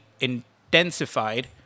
intensified